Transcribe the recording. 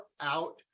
out